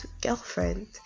girlfriend